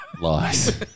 Lies